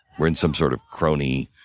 we're in some sort of crony,